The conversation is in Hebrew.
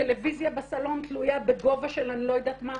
טלוויזיה בסלון תלויה בגובה של אני לא יודעת מה,